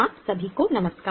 आप सभी को नमस्कार